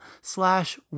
slash